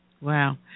Wow